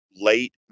late